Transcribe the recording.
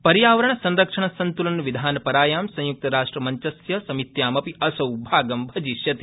पर्यावरण संरक्षण संत्लन विधानपरायां संयुक्तराष्ट्रमञ्चस्य समित्यामपि असौ भागं भजिष्यति